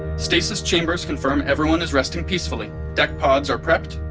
stasis chambers confirm everyone is resting peacefully. deck pods are prepped.